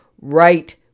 right